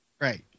Right